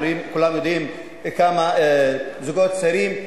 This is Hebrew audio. כולם יודעים כמה זוגות צעירים,